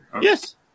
Yes